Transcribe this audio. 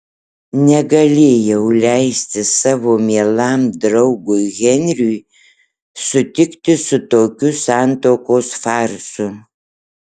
negalėjau leisti savo mielam draugui henriui sutikti su tokiu santuokos farsu